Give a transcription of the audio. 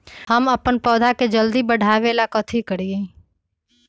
हम अपन पौधा के जल्दी बाढ़आवेला कथि करिए?